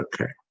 okay